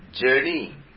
journey